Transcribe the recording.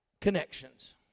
connections